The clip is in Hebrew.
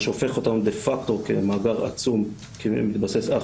מה שהופך אותנו דה פקטו כמאגר עצום שמתבסס אך